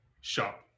shop